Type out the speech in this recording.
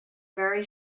very